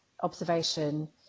observation